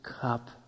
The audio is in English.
cup